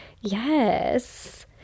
Yes